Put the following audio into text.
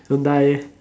don't die eh